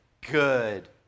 good